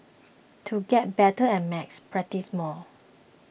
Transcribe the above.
to get better at maths practise more